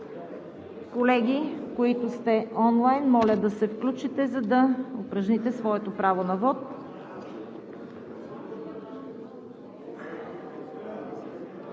Колеги, които сте онлайн, моля да се включите, за да упражните своето право на вот.